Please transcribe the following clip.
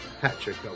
Patrick